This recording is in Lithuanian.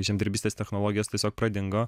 žemdirbystės technologijos tiesiog pradingo